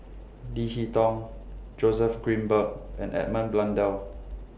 Leo Hee Tong Joseph Grimberg and Edmund Blundell